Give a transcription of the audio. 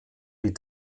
die